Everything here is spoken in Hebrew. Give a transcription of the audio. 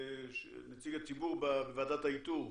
נציג הציבור בוועדת האיתור,